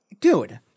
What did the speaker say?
Dude